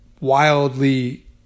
Wildly